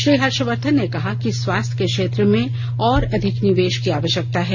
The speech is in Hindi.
श्री हर्षवर्धन ने कहा कि स्वास्थ्य क्षेत्र में और अधिक निवेश की आवश्यकता है